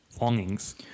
longings